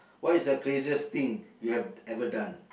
what is the craziest thing you have ever done